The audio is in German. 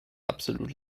absolut